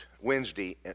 Wednesday